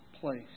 place